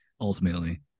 ultimately